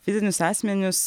fizinius asmenius